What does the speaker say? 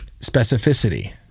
specificity